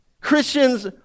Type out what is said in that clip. Christians